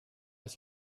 ich